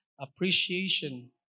appreciation